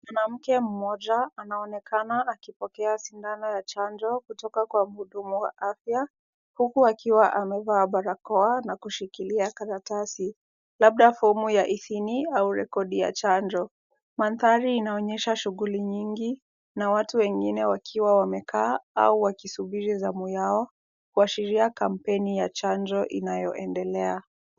Mwanamke mmoja anaonekana akipokea sindano ya chanjo kutoka kwa mhudumu wa afya huku akiwa amevaa barakoa na kushikilia karatasi labda fomu ya hidhini au rekodi ya chanjo. Mandhari inaonyesha shughuli nyingi na watu wengine wakiwa wamekaa au wakisubiri zamu yao kuashiria kampeni ya chanjo inayoendelea.